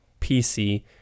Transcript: pc